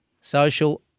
social